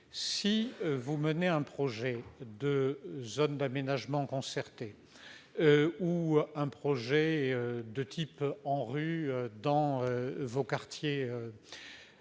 si vous menez un projet de zone d'aménagement concerté ou un projet de type ANRU dans un quartier